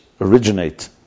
originate